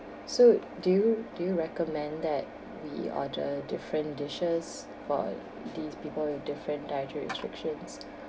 so do you do you recommend that we order different dishes for these people with different dietary restrictions